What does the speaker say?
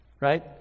Right